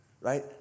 right